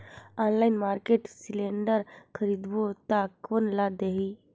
Online market cylinder खरीदबो ता कोन ला देही?